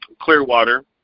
Clearwater